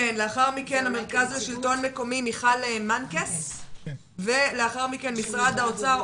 לאחר מכן מיכל מנקס ממרכז השלטון המקומי,